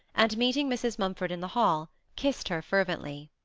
and, meeting mrs. mumford in the hall, kissed her fervently.